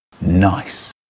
Nice